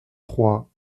trois